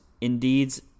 Indeed's